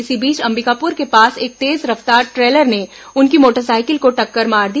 इस बीच अंबिकापुर के पास एक तेज रफ्तार ट्रेलर ने उनकी मोटरसाइकिल को टक्कर मार दी